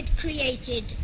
created